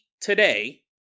Today